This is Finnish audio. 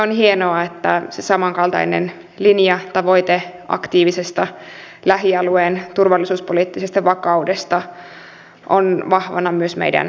on hienoa että se samankaltainen linjatavoite aktiivisesta lähialueen turvallisuuspoliittisesta vakaudesta on vahvana myös meidän selonteossamme